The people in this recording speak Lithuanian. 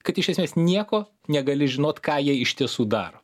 kad iš esmės nieko negali žinot ką jie iš tiesų daro